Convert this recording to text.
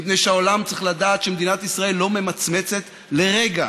מפני שהעולם צריך לדעת שמדינת ישראל לא ממצמצת לרגע